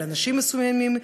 על אנשים מסוימים,